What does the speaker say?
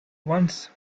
once